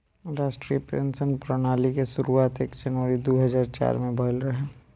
राष्ट्रीय पेंशन प्रणाली के शुरुआत एक जनवरी दू हज़ार चार में भईल रहे